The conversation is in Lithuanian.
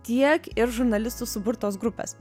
tiek ir žurnalistų suburtos grupės